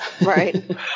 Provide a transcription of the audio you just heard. Right